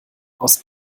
aus